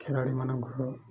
ଖେଳାଳିମାନଙ୍କର